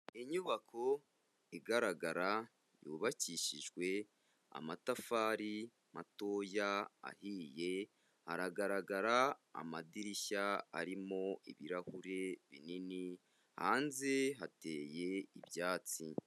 Inyubako igaragara yubakishijwe amatafari matoya ahiye haragaragara amadirishya arimo ibirahuri binini hanze hateye ibyatsi.